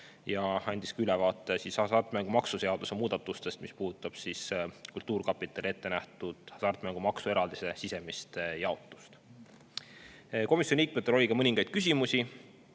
ja andis ülevaate hasartmängumaksu seaduse muudatustest, mis puudutab kultuurkapitalile ettenähtud hasartmängumaksu eraldise sisemist jaotust. Komisjoni liikmetel oli ka mõningaid küsimusi.